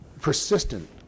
persistent